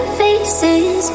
faces